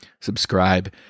Subscribe